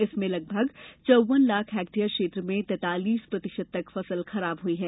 इसमें लगभग चौवन लाख हेक्टेयर क्षेत्र में तेंतीस प्रतिशत तक फसल खराब हुई है